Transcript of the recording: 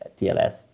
TLS